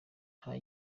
nta